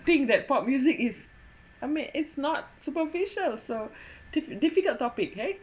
thing that pop music is I mean it's not superficial so diff~ difficult topic right